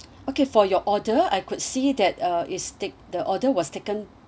okay for your order I could see that uh is take the order was taken